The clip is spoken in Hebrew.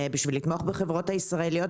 בשביל לתמוך בחברות הישראליות,